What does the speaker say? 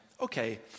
okay